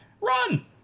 run